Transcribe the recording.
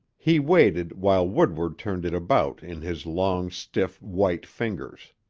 he waited while woodward turned it about in his long, stiff, white fingers.